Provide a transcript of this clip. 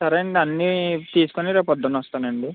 సరే అండి అన్నీ తీసుకుని రేపు పొద్దున్న వస్తానండి